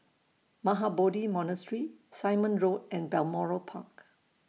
Mahabodhi Monastery Simon Road and Balmoral Park